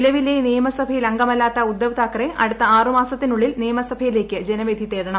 നിലവിലെ നിയമസഭയിൽ അംഗമല്ലാത്ത ഉദ്ദവ് താക്കറെ അടുത്ത ആറ് മാസത്തിനുള്ളിൽ നിയമസഭയിലേക്ക് ജനവിധി തേടണം